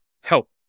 Help